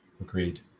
Agreed